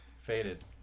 Faded